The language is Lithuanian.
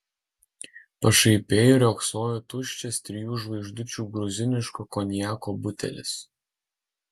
pašaipiai riogsojo tuščias trijų žvaigždučių gruziniško konjako butelis